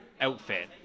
outfit